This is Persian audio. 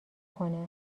کنه